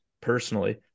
personally